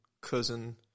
cousin